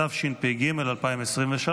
התשפ"ג 2023,